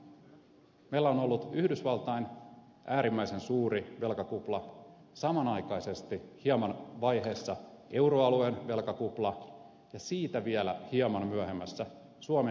meillä on ollut yhdysvaltain äärimmäisen suuri velkakupla samanaikaisesti hieman vaiheessa euroalueen velkakupla ja siitä vielä hieman myöhemmässä suomen ikioma velkakupla